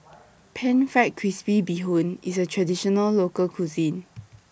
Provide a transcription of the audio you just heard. Pan Fried Crispy Bee Hoon IS A Traditional Local Cuisine